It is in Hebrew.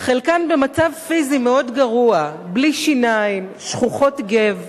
חלקן במצב פיזי מאוד גרוע, בלי שיניים, שחוחות גו,